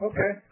Okay